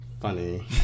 funny